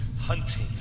hunting